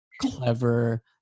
clever